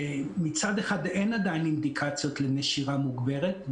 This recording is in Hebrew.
מצד אחד אין עדיין אינדיקציות לנשירה מוגברת,